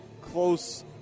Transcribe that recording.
close